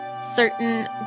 certain